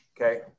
okay